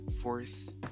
fourth